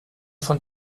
von